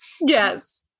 yes